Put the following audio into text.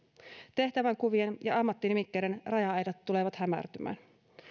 tehtävänkuvien ja ammattinimikkeiden raja aidat tulevat hämärtymään